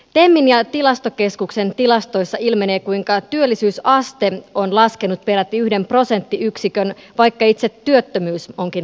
temin ja tilastokeskuksen tilastoissa ilmenee kuinka työllisyysaste on laskenut peräti yhden prosenttiyksikön vaikka itse työttömyys onkin laskenut